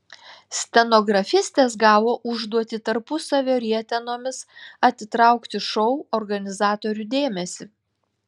stenografistės gavo užduotį tarpusavio rietenomis atitraukti šou organizatorių dėmesį